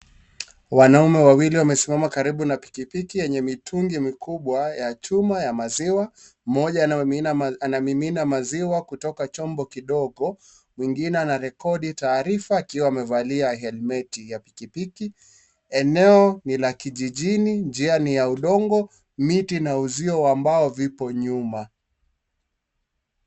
Wanaume wawili wamesimama karibu na pikipiki yenye mitungi mikubwa ya chuma ya maziwa. Mmoja anamimina maziwa kutoka chombo kidogo mwingine anarekodi taarifa akiwa amevalia helmeti ya pikipiki. Eneo ni la kijijini. Njia ni ya udongo. Miti na uzio ambao vipo nyuma.